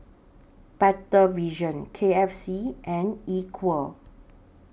Better Vision K F C and Equal